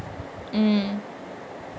mm